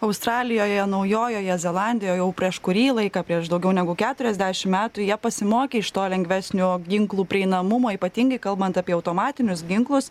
australijoje naujojoje zelandijoje jau prieš kurį laiką prieš daugiau negu keturiasdešim metų jie pasimokė iš to lengvesnio ginklų prieinamumo ypatingai kalbant apie automatinius ginklus